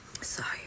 sorry